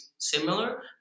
similar